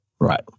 right